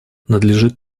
надлежит